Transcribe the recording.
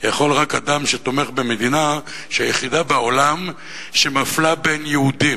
יכול רק אדם שתומך במדינה שהיא היחידה בעולם שמפלה בין יהודים.